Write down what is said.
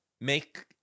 make